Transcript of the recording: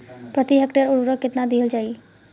प्रति हेक्टेयर उर्वरक केतना दिहल जाई?